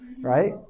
right